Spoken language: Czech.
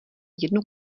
jednu